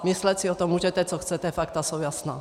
Myslet si o tom můžete, co chcete, fakta jsou jasná.